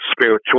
spiritual